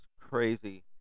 crazy